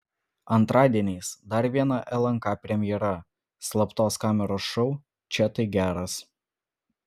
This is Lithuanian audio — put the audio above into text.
antradieniais dar viena lnk premjera slaptos kameros šou čia tai geras